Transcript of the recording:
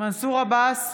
מנסור עבאס,